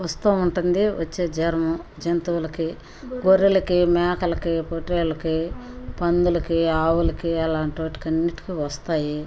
వస్తూ ఉంటుంది వచ్చే జ్వరము జంతువులకి గొర్రెలకి మేకలకి పొట్టేళ్ళకి పందులకి ఆవులకి అలాంటి వాటికి అన్నిటికి వస్తాయి